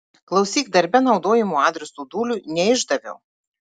klausyk darbe naudojamo adreso dūliui neišdaviau